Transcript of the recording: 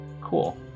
Cool